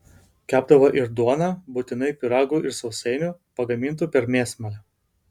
kepdavo ir duoną būtinai pyragų ir sausainių pagamintų per mėsmalę